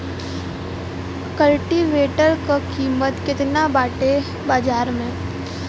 कल्टी वेटर क कीमत केतना बाटे बाजार में?